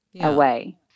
away